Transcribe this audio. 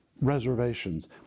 Reservations